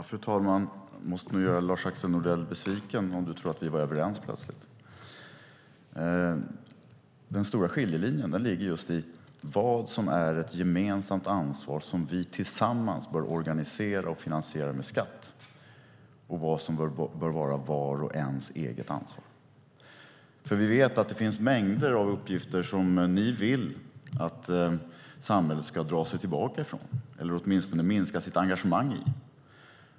Fru talman! Jag måste nog göra Lars-Axel Nordell besviken om han tror att vi plötsligt är överens. Den stora skiljelinjen gäller frågan vad som är ett gemensamt ansvar som vi tillsammans bör organisera och finansiera med skatt och vad som bör vara vars och ens eget ansvar. Det finns mängder av uppgifter som ni vill att samhället ska dra sig tillbaka från, eller åtminstone minska sitt engagemang i.